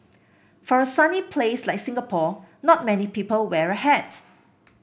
for a sunny place like Singapore not many people wear a hat